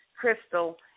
Crystal